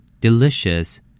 delicious